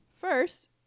First